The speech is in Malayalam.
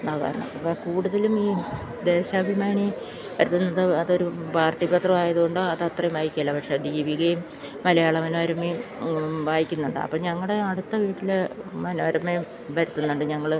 കൂടുതലും ഈ ദേശാഭിമാനി വരുത്തുന്നത് അതൊരു പാർട്ടി പത്രമായതുകൊണ്ടാണ് അതത്ര വായിക്കുകയില്ല പക്ഷേ ദീപികയും മലയാള മനോരമയും വായിക്കുന്നുണ്ട് അപ്പം ഞങ്ങളുടെ അടുത്ത വീട്ടില് മനോരമയും വരുത്തുന്നുണ്ട് ഞങ്ങള്